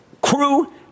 crew